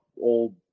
old